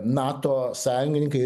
nato sąjungininkai